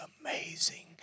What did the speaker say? amazing